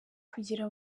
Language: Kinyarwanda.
kugira